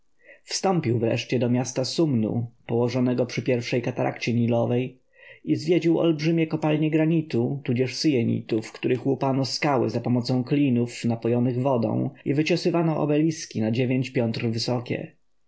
wstąpił wreszcie do miasta sunnu położonego przy pierwszej katarakcie nilowej i zwiedził olbrzymie kopalnie granitu tudzież sienitu w których łupano skały zapomocą klinów napojonych wodą i wyciosywano obeliski na dziewięć piętr wysokie